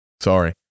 Sorry